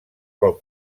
pel